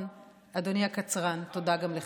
הקצרנים.